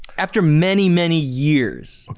after many many years,